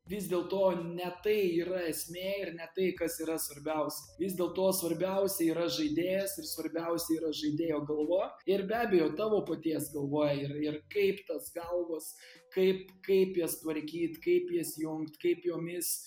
vis dėlto ne tai yra esmė ir ne tai kas yra svarbiausia vis dėl to svarbiausia yra žaidėjas ir svarbiausia yra žaidėjo galvoj ir be abejo tavo paties galvoj ir ir kaip tos galvos kaip kaip jas tvarkyt kaip jas jungt kaip jomis